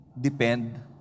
depend